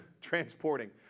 transporting